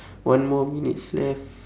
one more minutes left